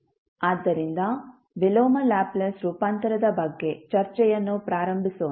ಆದ್ದರಿಂದ ವಿಲೋಮ ಲ್ಯಾಪ್ಲೇಸ್ ರೂಪಾಂತರದ ಬಗ್ಗೆ ಚರ್ಚೆಯನ್ನು ಪ್ರಾರಂಭಿಸೋಣ